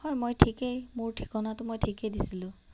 হয় মই ঠিকেই মোৰ ঠিকনাটো মই ঠিকেই দিছিলোঁ